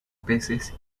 peces